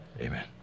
amen